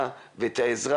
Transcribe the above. הנה, מצאתי.